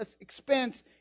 expense